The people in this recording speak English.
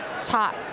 top